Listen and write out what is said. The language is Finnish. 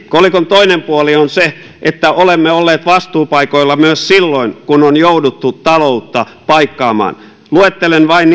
kolikon toinen puoli on se että olemme olleet vastuupaikoilla myös silloin kun on jouduttu taloutta paikkaamaan luettelen vain